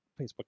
Facebook